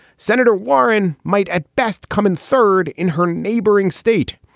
senator warren might at best come in third in her neighboring state.